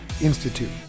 Institute